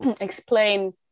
explain